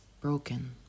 broken